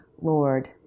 Lord